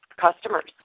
customers